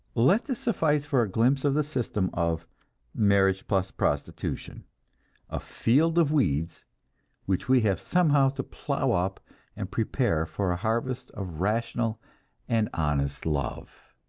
let this suffice for a glimpse of the system of marriage-plus-prostitution a field of weeds which we have somehow to plow up and prepare for a harvest of rational and honest love!